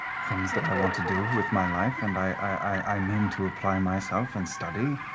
things that i want to do with my life, and i mean to apply myself and study,